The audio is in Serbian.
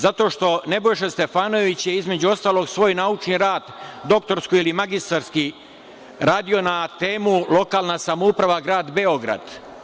Zato što Nebojša Stefanović je, između ostalog svoj naučni rad, doktorski ili magistarski, radio na temu - lokalna samouprava grad Beograd.